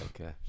Okay